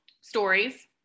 stories